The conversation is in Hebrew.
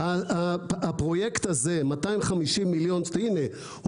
הפרויקט הזה של 250 מיליון הנה,